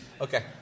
Okay